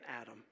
Adam